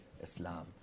Islam